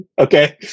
okay